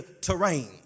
terrain